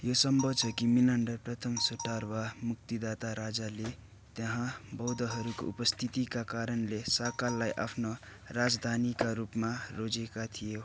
यो सम्भव छ कि मिलान्डर प्रथम सोटर वा मुक्तिदाता राजाले त्यहाँ बौद्धहरूको उपस्थितिका कारणले साकालालाई आफ्नो राजधानीका रूपमा रोजेका थियो